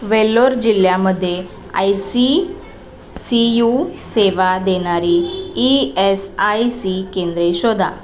वेल्लोर जिल्ह्यामध्ये I C C U सेवा देणारी ई एस आय सी केंद्रे शोधा